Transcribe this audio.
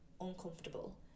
uncomfortable